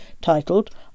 titled